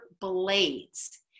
blades